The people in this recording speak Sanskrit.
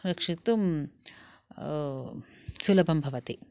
रक्षितुं सुलभं भवति